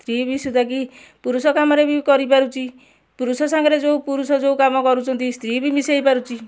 ସ୍ତ୍ରୀ ବି ସୁଧାକି ପୁରୁଷ କାମରେ ବି କରିପାରୁଛି ପୁରୁଷ ସାଙ୍ଗରେ ଯେଉଁ ପୁରୁଷ ଯେଉଁ କାମ କରୁଛନ୍ତି ସ୍ତ୍ରୀ ବି ମିଶାଇ ପାରୁଛି